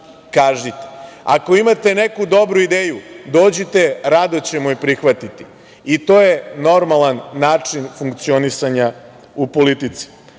kažite. Ako imate neku dobru ideju, dođite, rado ćemo je prihvatiti. I to je normalan način funkcionisanja u politici. Što